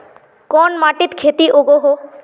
कोन माटित खेती उगोहो?